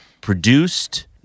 produced